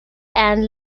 and